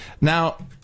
Now